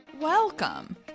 Welcome